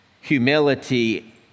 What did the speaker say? humility